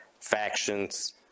factions